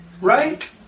right